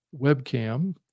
webcam